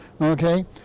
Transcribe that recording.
Okay